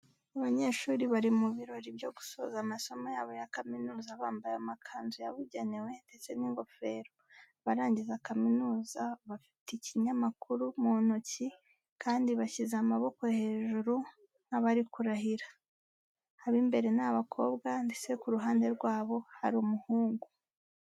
Abanyeshuri bari mu birori byo gusoza amasomo yabo ya kaminuza bambaye amakanzu yabugenewe ndetse n'ingofero abarangiza kaminuza, bafite ikinyamakuru mu ntoki kandi bashyize amaboko hejuru nk'abari kurahira. Ab'imbere ni abakobwa ndetse ku ruhande rwabo hari umuhungu.